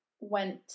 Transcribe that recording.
went